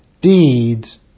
deeds